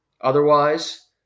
otherwise